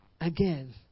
again